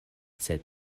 sed